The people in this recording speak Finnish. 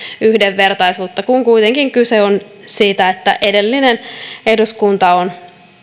yhdenvertaisuutta kun kuitenkin kyse on siitä että edellinen eduskunta on